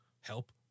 help